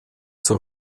zur